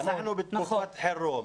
אנחנו בתקופת חירום.